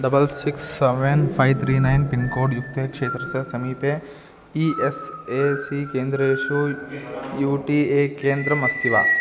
double six seven five three nine pincode युक्ते क्षेत्रस्य समीपे ई एस् ए सी केन्द्रेषु यू टी ए केन्द्रम् अस्ति वा